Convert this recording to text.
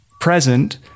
present